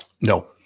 No